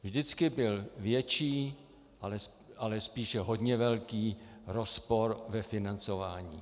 Vždycky byl větší, ale spíše hodně velký rozpor ve financování.